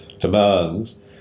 demands